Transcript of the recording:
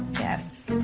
yes.